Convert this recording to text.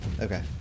Okay